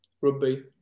rugby